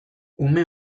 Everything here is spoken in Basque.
ume